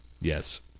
Yes